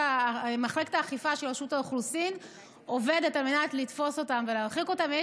מחלקת האכיפה של רשות האוכלוסין עובדת על מנת לתפוס אותם ולהרחיק אותם.